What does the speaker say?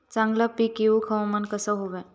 चांगला पीक येऊक हवामान कसा होया?